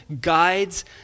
guides